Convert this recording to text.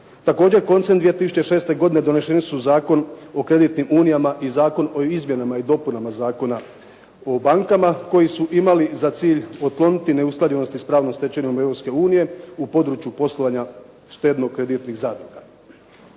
Također koncem 2006. godine doneseni su Zakon o kreditnim unijama i Zakon o izmjenama i dopunama Zakona o bankama koji su imali za cilj otkloniti neustaljenosti s pravnom stečevinom Europske unije u području poslovanja štedno kreditnih zadruga.